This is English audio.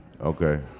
Okay